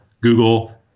Google